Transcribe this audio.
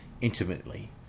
intimately